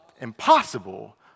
impossible